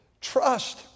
Trust